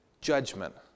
judgment